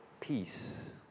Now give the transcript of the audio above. peace